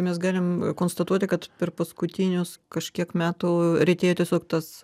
mes galim konstatuoti kad per paskutinius kažkiek metų retėjo tiesiog tas